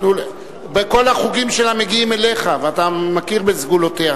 כל החוקים שלה מגיעים אליך ואתה מכיר בסגולותיה.